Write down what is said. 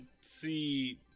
see